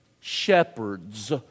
shepherds